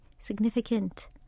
significant